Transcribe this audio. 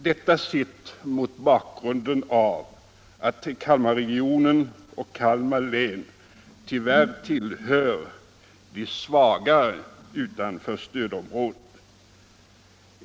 Detta skall ses mot bakgrund av att Kalmarregionen och Kalmar län tyvärr tillhör de svagare områdena utanför stödområdet.